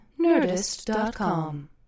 Nerdist.com